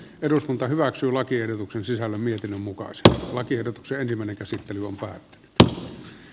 eduskunta hyväksyi lakiehdotuksen sisällä miesten mukaista vain tiedokseen kymmenen käsittely on vain nolla